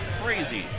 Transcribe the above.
crazy